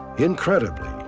incredibly,